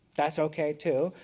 that is okay too,